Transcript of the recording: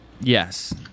Yes